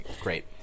Great